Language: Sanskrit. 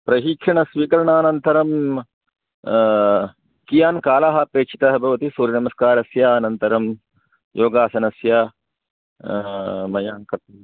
प्रशिक्षणस्वीकरणम् अनन्तरं कियान् कालः आपेक्षितः भवति सूर्यनमस्कारस्य अनन्तरं योगासनस्य वयं कर्तुं